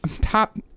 top